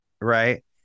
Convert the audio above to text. right